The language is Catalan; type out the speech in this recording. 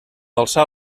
alçar